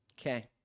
Okay